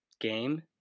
game